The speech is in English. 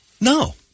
No